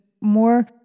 more